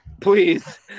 Please